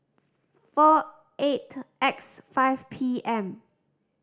four eight X five P M